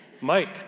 Mike